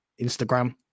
Instagram